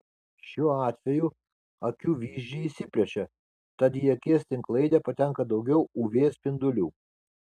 šiuo atveju akių vyzdžiai išsiplečia tad į akies tinklainę patenka daugiau uv spindulių